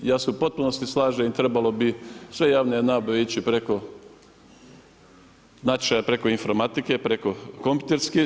Ja se u potpunosti slažem i trebale bi sve javne nabave ići preko natječaja preko informatike, kompjuterski.